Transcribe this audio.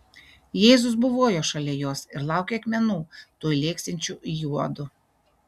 jėzus buvojo šalia jos ir laukė akmenų tuoj lėksiančių į juodu